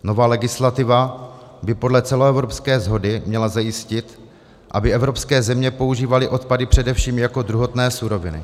Nová legislativa by podle celoevropské shody měla zajistit, aby evropské země používaly odpady především jako druhotné suroviny.